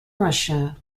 russia